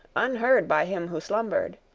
unheard by him who slumbered,